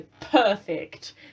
perfect